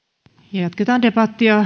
jatketaan debattia